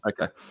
okay